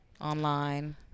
online